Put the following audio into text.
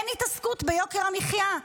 אין התעסקות ביוקר המחיה.